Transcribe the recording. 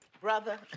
Brother